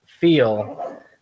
feel